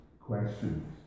questions